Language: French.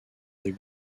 des